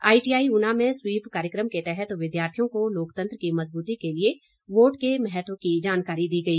ITI Una में SVEEP कार्यक्रम के तहत विद्यार्थियों को लोकतंत्र की मजबूती के लिए वोट के महत्व की जानकारी दी गई